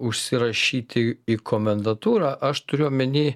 užsirašyti į komendatūrą aš turiu omeny